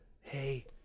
hey